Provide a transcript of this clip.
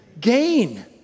gain